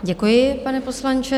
Děkuji, pane poslanče.